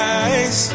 eyes